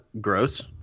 gross